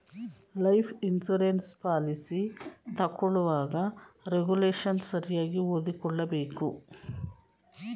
life insurance policy ತಗೊಳ್ಳುವಾಗ regulation ಸರಿಯಾಗಿ ಓದಿಕೊಳ್ಳಬೇಕು